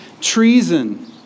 treason